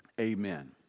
amen